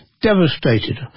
Devastated